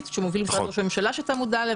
שמוביל משרד ראש הממשלה שאתה מודע אליהם,